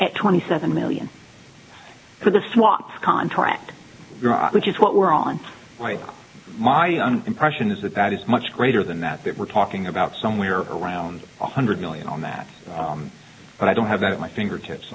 at twenty seven million for the swap contract which is what we're on right my impression is that that is much greater than that that we're talking about somewhere around one hundred million on that but i don't have that at my fingertips